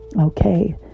Okay